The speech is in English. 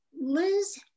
Liz